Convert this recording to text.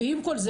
ועם כל זה,